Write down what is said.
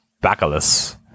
bacillus